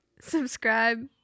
subscribe